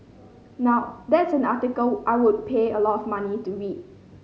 now that's an article I would pay a lot of money to read